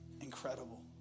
Incredible